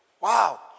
Wow